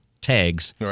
tags